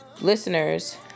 listeners